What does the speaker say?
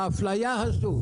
האפליה הזו,